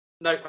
No